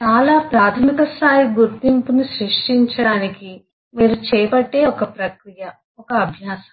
చాలా ప్రాథమిక స్థాయి గుర్తింపును సృష్టించడానికి మీరు చేపట్టే ఒక ప్రక్రియ ఒక అభ్యాసం